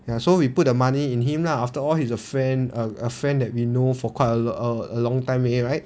ya so we put the money in him lah afterall he's a friend um a friend that we know for quite a a long time already right